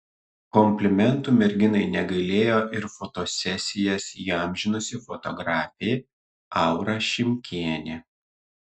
komplimentų merginai negailėjo ir fotosesijas įamžinusi fotografė aura šimkienė